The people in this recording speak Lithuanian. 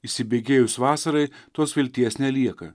įsibėgėjus vasarai tos vilties nelieka